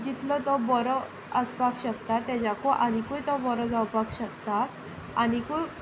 जितलो तो बरो आसपाक शकता ताच्याकूय आनिकूय तो बरो जावपाक शकता आनिकूय